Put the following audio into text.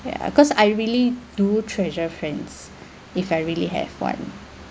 ya cause I really do treasure friends if I really have one